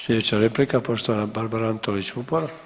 Sljedeća replika poštovana Barbara Antolić Vupora.